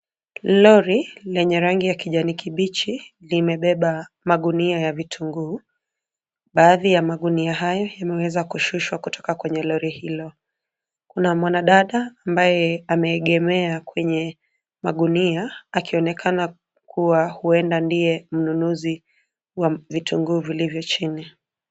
Lori lenye rangi ya kijani kibichi limebeba magunia ya vitunguu. Baadhi ya magunia hayo yameweza kushushuwa kutoka kwenye lori hilo. Kuna mwanadada ambaye ameegemea kwenye magunia akionekana kuwa huenda nidye mnunuzi wa vitunguu vilivyo chini.